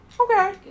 Okay